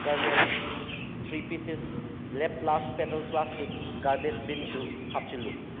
kernels three pieces ꯂꯦꯞꯂꯥꯁ petal plastic garbage ꯕꯤꯟꯁꯨ ꯍꯥꯞꯆꯤꯜꯂꯨ